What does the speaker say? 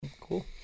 cool